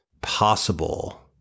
possible